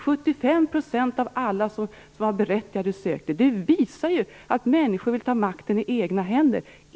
75 % av alla som var berättigade sökte. Det visar att människor vill ta makten i egna händer.